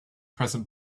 present